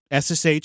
SSH